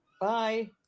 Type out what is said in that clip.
Bye